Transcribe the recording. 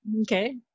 okay